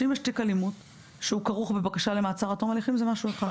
שאם יש תיק אלימות שהוא כרוך בבקשה למעצר עד תום ההליכים זה משהו אחד.